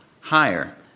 higher